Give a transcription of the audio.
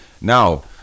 Now